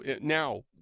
now